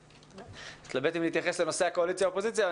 אני מתלבט אם להתייחס לנושא קואליציה ואופוזיציה.